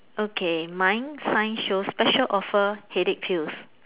okay mine sign shows special offer headache pills